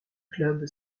club